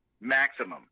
maximum